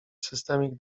systemik